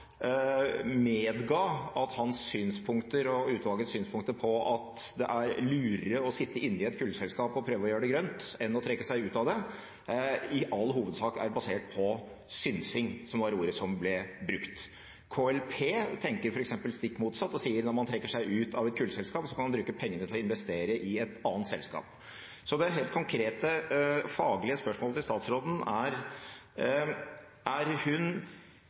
at det er lurere å sitte inne i et kullselskap og prøve å gjøre det grønt, enn å trekke seg ut av det, i all hovedsak er basert på synsing – som var ordet som ble brukt. KLP tenker f.eks. stikk motsatt og sier at når man trekker seg ut av et kullselskap, kan man bruke pengene til å investere i et annet selskap. Så det helt konkrete, faglige spørsmålet til statsråden er: Er hun